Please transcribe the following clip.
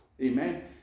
Amen